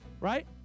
Right